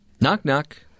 Knock-knock